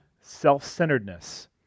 Self-centeredness